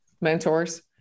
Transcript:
mentors